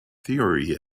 theory